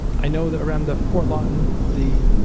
i know that around the fort lawton, the